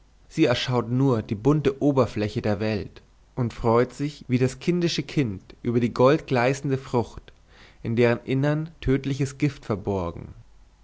sie erschaut nur die bunte oberfläche der welt und freut sich wie das kindische kind über die goldgleißende frucht in deren innern tödliches gift verborgen